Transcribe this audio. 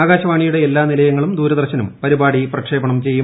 ആകാശവാണിയുടെ എല്ലാ നിലയങ്ങളും ദൂരദർശനും പരിപാടി പ്രക്ഷേപണം ചെയ്യും